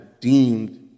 deemed